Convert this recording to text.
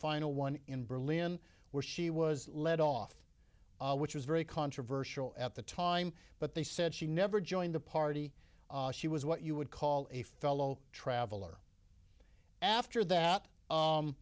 final one in berlin where she was led off which was very controversial at the time but they said she never joined the party she was what you would call a fellow traveler after that